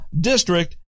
district